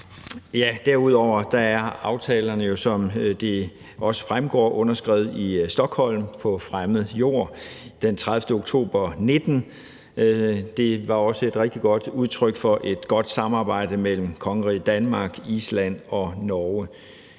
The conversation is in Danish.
vil jeg sige, at aftalerne jo, som det også fremgår, er underskrevet i Stockholm, på fremmed jord, den 30. oktober 2019. Det var også et rigtig godt udtryk for et godt samarbejde mellem kongeriget Danmark, Island og Norge.